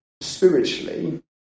spiritually